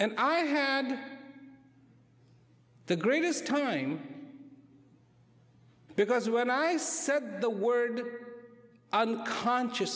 and i had the greatest time because when i said the word unconscious